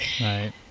Right